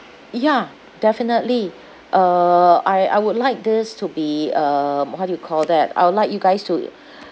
ya definitely uh I I would like this to be um what do you call that I would like you guys to